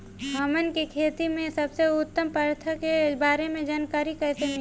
हमन के खेती में सबसे उत्तम प्रथा के बारे में जानकारी कैसे मिली?